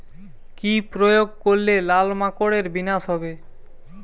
কি প্রয়োগ করলে লাল মাকড়ের বিনাশ হবে?